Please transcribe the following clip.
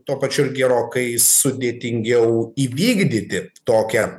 tuo pačiu ir gerokai sudėtingiau įvykdyti tokią